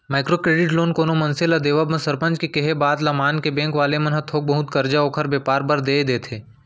micro credit loan कोनो मनसे ल देवब म सरपंच के केहे बात ल मानके बेंक वाले ह थोक बहुत करजा ओखर बेपार बर देय देथे